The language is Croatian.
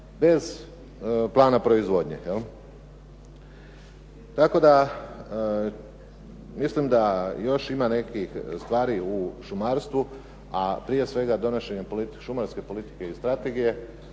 bez plana proizvodnje. Tako da mislim da ima još nekih stvari u šumarstvu, a prije svega donošenje šumarske politike i strategije,